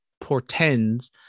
portends